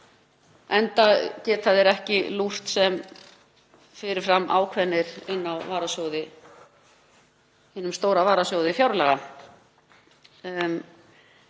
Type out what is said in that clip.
enda geta þeir ekki lúrt sem fyrirframákveðnir inn á hinum stóra varasjóði fjárlaga.